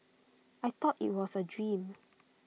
I thought IT was A dream